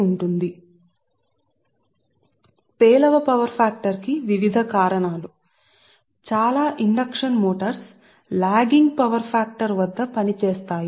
ఇప్పుడు తక్కువ power factor ని కి వివిధ కారణాలు చాలా ప్రేరణ మోటార్లు లాగింగ్ ఫాక్టర్ తో పనిచేస్తాయి